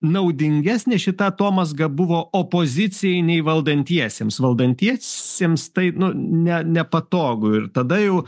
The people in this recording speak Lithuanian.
naudingesnė šita atomazga buvo opozicijai nei valdantiesiems valdantiesiems tai nu ne nepatogu ir tada jau